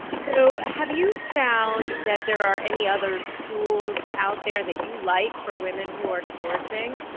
so have you found that there are any other tools out there that you like for women, who are divorcing?